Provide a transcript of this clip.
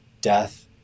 death